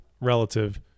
relative